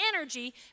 energy